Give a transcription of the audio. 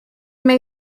may